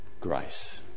grace